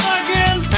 again